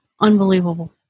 Unbelievable